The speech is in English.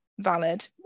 valid